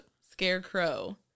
Scarecrow